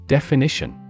Definition